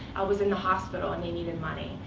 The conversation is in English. was in the hospital, and they needed money.